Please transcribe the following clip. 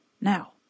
Now